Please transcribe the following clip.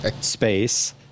space